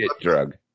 drug